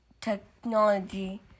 technology